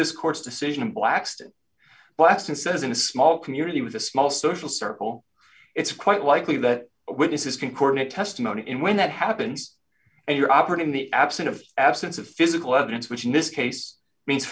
this court's decision blacks to blacks and says in a small community with a small social circle it's quite likely that witnesses can courtenay testimony in when that happens and you're operating the absent of absence of physical evidence which in this case means